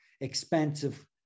expensive